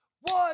One